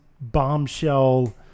bombshell